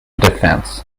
defense